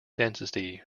density